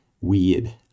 weird